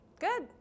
good